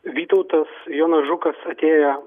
vytautas jonas žukas atėjo